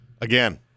Again